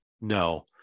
no